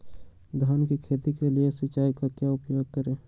धान की खेती के लिए सिंचाई का क्या उपयोग करें?